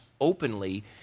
openly